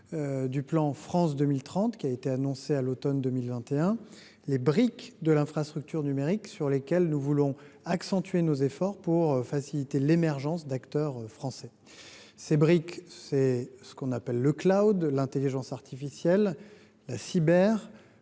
du plan France 2030, annoncé à l’automne 2021, les briques de l’infrastructure numérique sur lesquelles nous voulons accentuer nos efforts pour faciliter l’émergence d’acteurs français. Ces briques sont le, l’intelligence artificielle, la